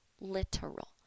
literal